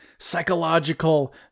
psychological